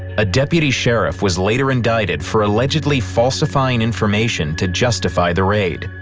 a deputy sheriff was later indicted for allegedly falsifying information to justify the raid.